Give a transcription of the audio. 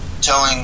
telling